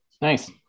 Nice